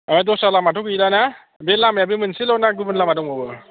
दा दस्रा लामाथ' गैलाना बे लामाया बे मोनसेल' ना गुबुन लामा दंबावो